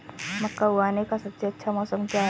मक्का उगाने का सबसे अच्छा मौसम कौनसा है?